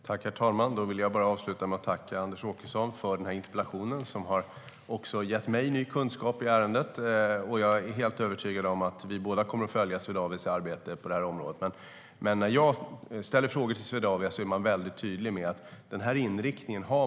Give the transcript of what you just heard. Herr talman! Jag vill avsluta med att tacka Anders Åkesson för den här interpellationen som har gett mig ny kunskap i ärendet. Jag är helt övertygad om att vi båda kommer att följa Swedavias arbete på det här området. När jag ställer frågor till Swedavia är de tydliga med att de har den här inriktningen.